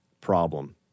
problem